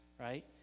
right